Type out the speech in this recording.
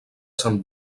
sant